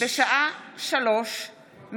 בשעה 15:00,